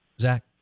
Zach